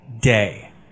day